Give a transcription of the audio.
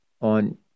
on